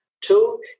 Two